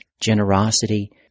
generosity